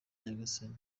nyagasani